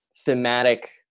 thematic